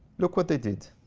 look what they did.